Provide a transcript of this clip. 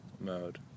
mode